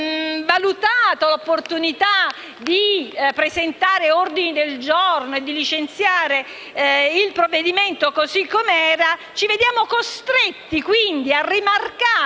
avevamo valutato l'opportunità di presentare ordini del giorno e di licenziare il provvedimento così come era, ci vediamo costretti a rimarcare